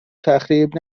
تخریب